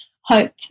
hope